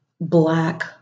black